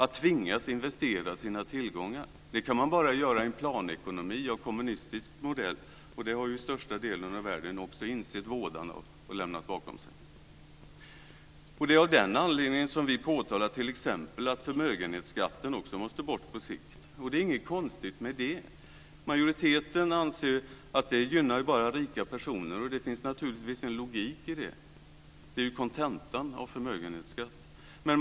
Att tvingas investera sina tillgångar är något som bara kan ske i en planekonomi av kommunistisk modell. Största delen av världen har också insett vådan av det och lämnat det bakom sig. Det är inget konstigt med det. Majoriteten anser att det bara är rika personer som gynnas. Naturligtvis finns det en logik i det; det är ju kontentan av förmögenhetsskatten.